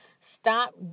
Stop